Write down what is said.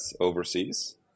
overseas